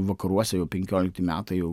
vakaruose jau penkiolikti metai jau